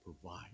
provide